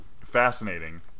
fascinating